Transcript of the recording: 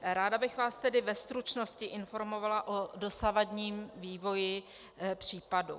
Ráda bych vás tedy ve stručnosti informovala o dosavadním vývoji případu.